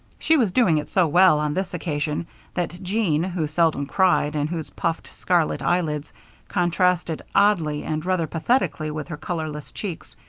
she was doing it so well on this occasion that jean, who seldom cried and whose puffed, scarlet eyelids contrasted oddly and rather pathetically with her colorless cheeks,